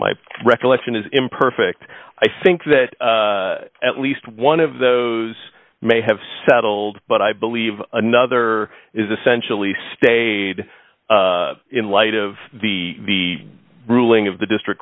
recollection is imperfect i think that at least one of those may have settled but i believe another is essentially stayed in light of the ruling of the district